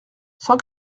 cent